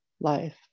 life